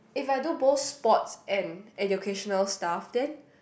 if I don't bore sports an educational stuff then